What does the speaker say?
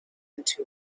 into